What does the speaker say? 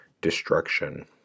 destruction